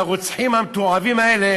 והרוצחים המתועבים האלה